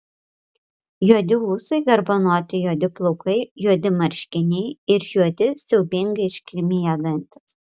juodi ūsai garbanoti juodi plaukai juodi marškiniai ir juodi siaubingai iškirmiję dantys